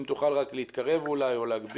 אם תוכל להתקרב או להגביר,